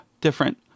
different